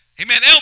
Amen